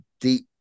deep